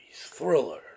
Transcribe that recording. thrillers